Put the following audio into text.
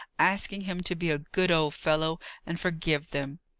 asking him to be a good old fellow and forgive them.